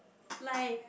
like